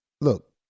look